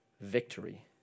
victory